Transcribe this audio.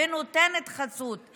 ונותנת חסות,